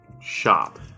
shop